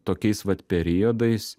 tokiais vat periodais